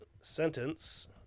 sentence